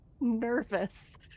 nervous